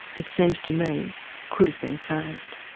it seems to me could have been saved.